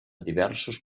diversos